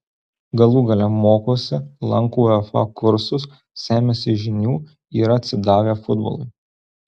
galų gale mokosi lanko uefa kursus semiasi žinių yra atsidavę futbolui